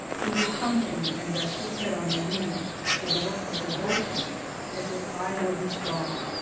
he would come to me and rest his head on my knee with a look of devotion as if i were his god.